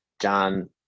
John